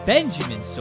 Benjamin